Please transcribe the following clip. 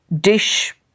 dish